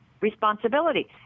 responsibility